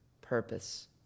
purpose